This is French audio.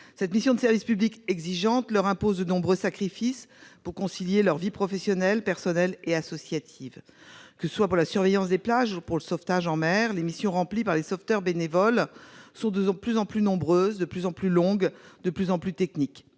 Cette mission de service public exigeante impose à ces bénévoles de nombreux sacrifices pour parvenir à concilier leur vie professionnelle, personnelle et associative. Que ce soit pour la surveillance des plages ou pour le sauvetage en mer, les missions exercées par les sauveteurs bénévoles sont de plus en plus nombreuses, longues et techniques.